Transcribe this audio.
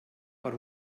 per